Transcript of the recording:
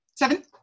Seven